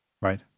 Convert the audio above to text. Right